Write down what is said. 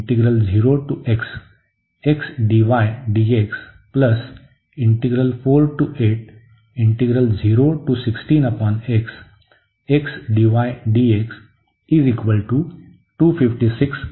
तर ते चे व्हॅल्यू आहे